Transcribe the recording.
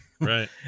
Right